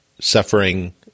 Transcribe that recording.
suffering